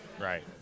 Right